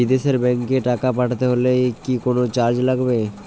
বিদেশের ব্যাংক এ টাকা পাঠাতে হলে কি কোনো চার্জ লাগবে?